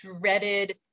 dreaded